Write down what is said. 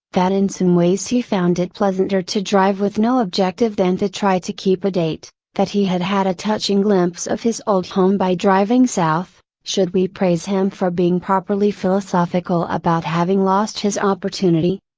that in some ways he found it pleasanter to drive with no objective than to try to keep a date, that he had had a touching glimpse of his old home by driving south, should we praise him for being properly philosophical about having lost his opportunity?